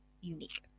unique